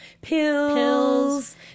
pills